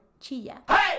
chilla